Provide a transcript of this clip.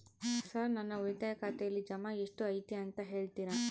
Sir ನನ್ನ ಉಳಿತಾಯ ಖಾತೆಯಲ್ಲಿ ಜಮಾ ಎಷ್ಟು ಐತಿ ಅಂತ ಹೇಳ್ತೇರಾ?